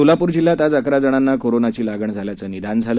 सोलापूर जिल्ह्यात आज अकरा जणांना कोरोनाची लागण झाल्याचं निदान झालं